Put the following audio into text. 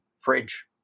fridge